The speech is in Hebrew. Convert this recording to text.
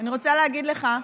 אני רוצה להגיד לך,